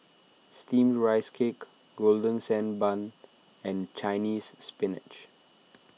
Steamed Rice Cake Golden Sand Bun and Chinese Spinach